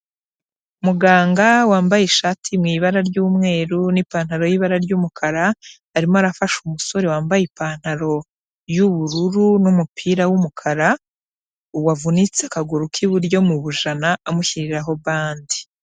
Muganga wambaye ishati mu ibara ry'umweru n'ipantaro y'ibara ry'umukara, arimo arafasha umusore wambaye ipantaro y'ubururu n'umupira w'umukara wavunitse akaguru k'iburyo mu bujana amushyiriraho bande.